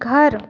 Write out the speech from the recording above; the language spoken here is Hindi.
घर